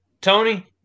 Tony